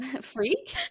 freak